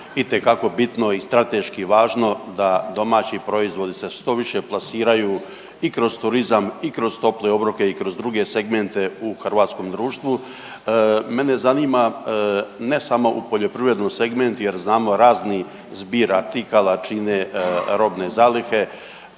itekako bitno i strateški važno da domaći proizvodi se što više plasiraju i kroz turizam i kroz tople obroke i kroz druge segmente u hrvatskom društvu. Mene zanima ne samo u poljoprivrednom segmentu jer znamo razni zbir artikala čine robne zalihe,